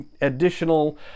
additional